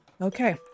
Okay